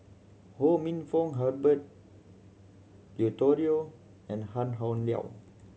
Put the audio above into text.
Ho Minfong Herbert Eleuterio and Tan Howe Liang